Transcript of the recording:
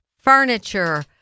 Furniture